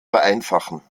vereinfachen